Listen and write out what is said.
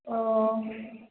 अ